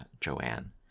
Joanne